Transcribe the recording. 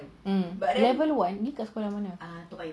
um level one ni kat sekolah mana